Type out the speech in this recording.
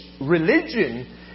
religion